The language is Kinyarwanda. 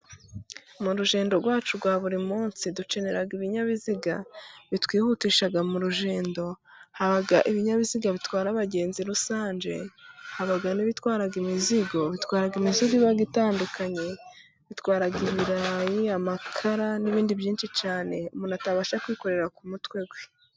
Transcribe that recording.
Mu rugendo rwacu rwa buri munsi dukenera ibinyabiziga bitwihutisha mu rugendo. Haba ibinyabiziga bitwara abagenzi rusange, haba ibitwara imizigo. Bitwarara imisozigo iba itandukanye, bitwara ibirayi, amakara n'ibindi byinshi cyane umuntu atabasha kwikorera ku mutwe we.